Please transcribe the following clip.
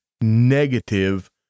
negative